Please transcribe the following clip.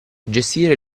gestire